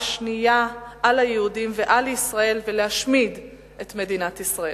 שנייה על היהודים ועל ישראל ולהשמיד את מדינת ישראל.